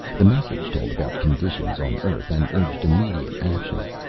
the message told about conditions on earth and urged immediate action.